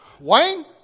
Wayne